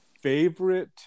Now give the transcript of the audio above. favorite